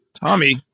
Tommy